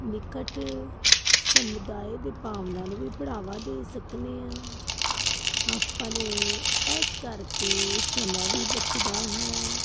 ਨਿਕਟ ਸਮੁਦਾਇ ਦੀ ਭਾਵਨਾ ਨੂੰ ਵੀ ਵੜਾਵਾ ਦੇ ਸਕਦੇ ਹਾਂ ਆਪਾਂ ਨੇ ਇਸ ਕਰਕੇ ਸਮੇਂ ਵੀ ਬਚਦਾ ਹੈ